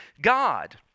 God